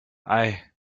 i—i